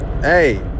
hey